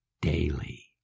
daily